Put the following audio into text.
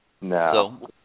No